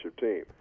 team